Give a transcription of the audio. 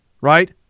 right